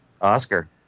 Oscar